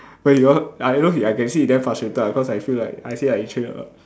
where he lo~ I know he I can see he damn frustrated ah cause I feel I feel like he train a lot